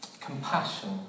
Compassion